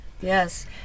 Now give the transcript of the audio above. yes